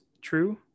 true